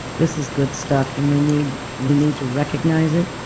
this is good stuff and we need we need to recognize that